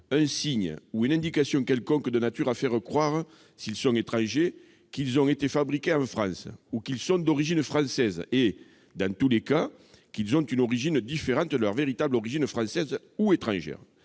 un signe ou une indication quelconque de nature à faire croire, s'ils sont étrangers, qu'ils ont été fabriqués en France ou qu'ils sont d'origine française et, dans tous les cas, qu'ils ont une origine différente de leur véritable origine française ou étrangère.